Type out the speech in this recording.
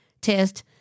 test